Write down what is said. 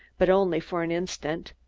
but only for an instant.